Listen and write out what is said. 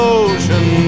ocean